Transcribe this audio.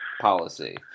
policy